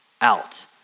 out